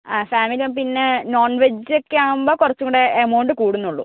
ആ ഫാമിലിയും പിന്നേ നോൺവെജ് ഒക്കെ ആവുമ്പോൾ കുറച്ചുകൂടി എമൗണ്ട് കൂടുന്നുള്ളൂ